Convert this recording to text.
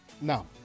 no